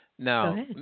Now